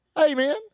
Amen